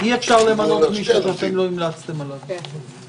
אי אפשר למנות מישהו שאתם לא המלצתם עליו.